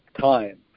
time